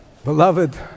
Beloved